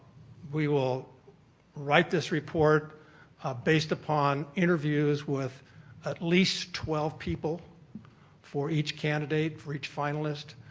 we will write this report based upon interviews with at least twelve people for each candidate, for each finalist.